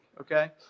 okay